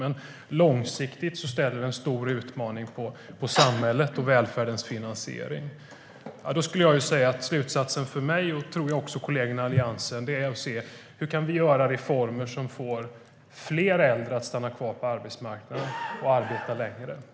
Men långsiktigt innebär det en stor utmaning för samhället och välfärdens finansiering. Jag skulle säga att slutsatsen för mig, och jag tror också för kollegerna i Alliansen, är att se till hur vi kan göra reformer som får fler äldre att stanna kvar på arbetsmarknaden och arbeta längre.